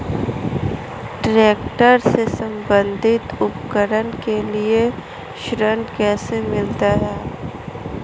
Tractor से संबंधित उपकरण के लिए ऋण कैसे मिलता है?